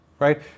right